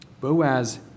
Boaz